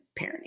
parenting